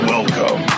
Welcome